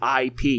IP